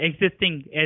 existing